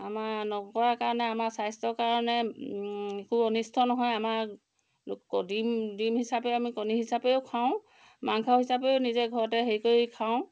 আমাৰ নকৰাৰ কাৰণে আমাৰ স্বাস্থ্যৰ কাৰণে একো অনিষ্ট নহয় আমাৰ ডিম ডিম হিচাপে আমি কণী হিচাপেও খাওঁ মাংস হিচাপেও নিজে ঘৰতে হেৰি কৰি খাওঁ